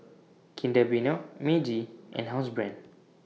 Kinder Bueno Meiji and Housebrand